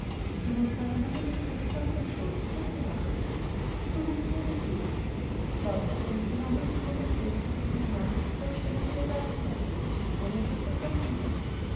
die mutter aber nahm ihr mathildchen auf den schoß und sagte lachend du dummes kleines mädchen glaubst du denn die mama würde ihr mathildchen in der nacht auf die böllsteiner höhe laufen lassen ohne etwas davon zu merken